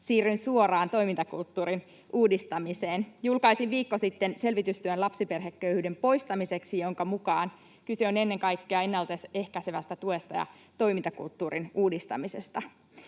siirryn suoraan toimintakulttuurin uudistamiseen. Julkaisin viikko sitten selvitystyön lapsiperheköyhyyden poistamiseksi, jonka mukaan kyse on ennen kaikkea ennaltaehkäisevästä tuesta ja toimintakulttuurin uudistamisesta.